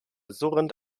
surrend